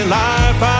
life